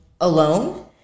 alone